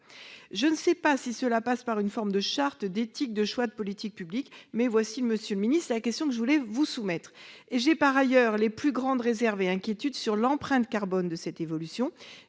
Je ne sais si cela passe par une forme de charte, d'éthique, de choix de politique publique, mais telle est, monsieur le ministre, la question que je voulais vous soumettre. J'ai par ailleurs les plus grandes réserves et inquiétudes quant à l'empreinte carbone de cette évolution.